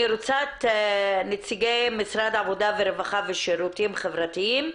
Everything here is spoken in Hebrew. אני רוצה את נציגי משרד העבודה והרווחה והשירותים החברתיים.